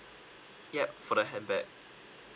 yup for the handbag